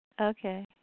Okay